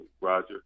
Roger